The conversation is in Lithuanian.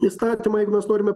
įstatymai mes norime